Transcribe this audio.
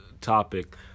topic